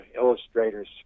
illustrators